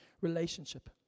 relationship